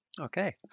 Okay